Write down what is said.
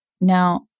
Now